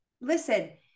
Listen